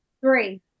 three